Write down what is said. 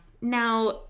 Now